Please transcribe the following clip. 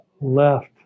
left